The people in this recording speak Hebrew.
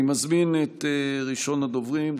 אני מזמין את ראשון הדוברים,